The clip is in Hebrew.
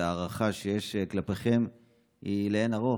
וההערכה שיש כלפיכם היא לאין ערוך.